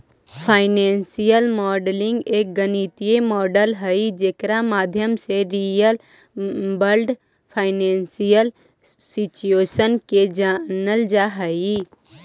financial modelling एक गणितीय model हई जेकर माध्यम से रियल वर्ल्ड फाइनेंशियल सिचुएशन के जानल जा हई